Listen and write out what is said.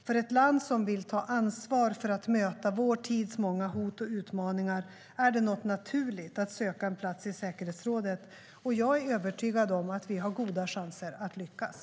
För ett land som vill ta ansvar för att möta vår tids många hot och utmaningar är det något naturligt att söka en plats i säkerhetsrådet, och jag är övertygad om att vi har goda chanser att lyckas.